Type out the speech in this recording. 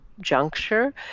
juncture